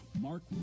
Mark